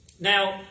Now